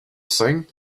thing